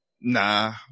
nah